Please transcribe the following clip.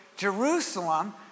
Jerusalem